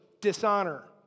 dishonor